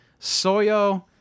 Soyo